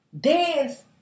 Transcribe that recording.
dance